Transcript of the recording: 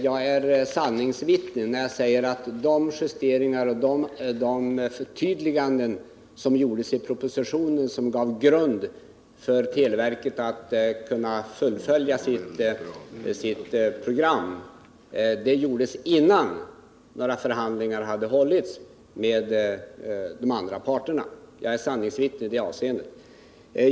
Jag är sanningsvittne när jag säger att de justeringar och förtydliganden som gjordes i propositionen och som gav grund för televerket att fullfölja sitt program, gjordes innan några förhandlingar hade skett med de andra parterna. Jag är sanningsvittne i det avseendet.